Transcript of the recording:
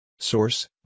Source